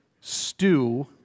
stew